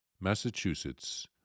Massachusetts